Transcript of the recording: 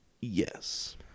Yes